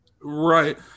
right